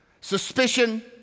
suspicion